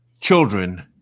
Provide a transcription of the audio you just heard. Children